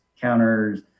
counters